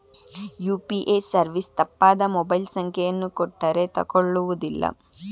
UPA service ತಪ್ಪಾದ mobile ಸಂಖ್ಯೆಯನ್ನು ಕೊಟ್ಟರೇ ತಕೊಳ್ಳುವುದಿಲ್ಲ